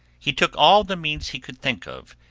he took all the means he could think of,